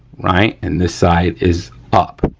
right. and this side is up,